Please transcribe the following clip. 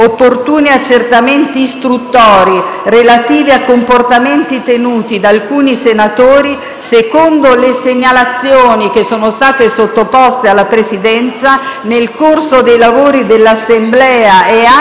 opportuni accertamenti istruttori relativi a comportamenti tenuti da alcuni senatori, secondo le segnalazioni che sono state sottoposte alla Presidenza, nel corso dei lavori dell'Assemblea e anche